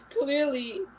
Clearly